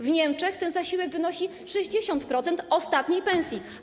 W Niemczech ten zasiłek wynosi 60% ostatniej pensji.